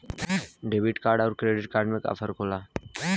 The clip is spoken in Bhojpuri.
डेबिट कार्ड अउर क्रेडिट कार्ड में का फर्क होला?